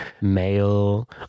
male